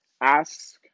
Ask